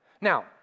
Now